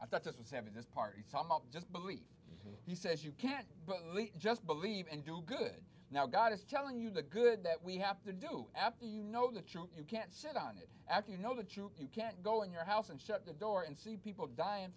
i thought this was having this party so i'm up just belief he says you can't just believe and do good now god is telling you the good that we have to do after you know the truth you can't sit on it after you know the truth you can't go in your house and shut the door and see people d